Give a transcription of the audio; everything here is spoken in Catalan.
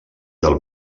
del